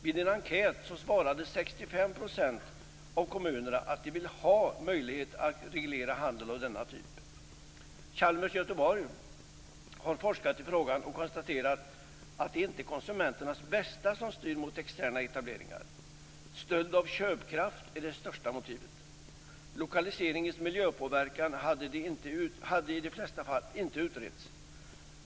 Vid en enkät svarade 65 % av kommunerna att de vill ha möjlighet att reglera denna typ av handel. Chalmers i Göteborg har forskat i frågan och konstaterat att det inte är konsumenternas bästa som styr mot externa etableringar. Stöld av köpkraft var det starkaste motivet. Lokaliseringens miljöpåverkan hade i de flesta fall ej utretts.